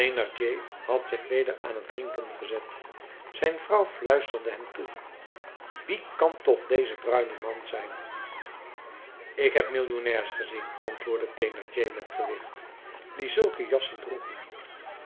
had zich weder aan t drinken gezet zijn vrouw fluisterde hem toe wie kan toch deze bruine man zijn ik heb millionairs gezien antwoordde thénardier met gewicht die zulke jassen droegen